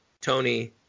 Tony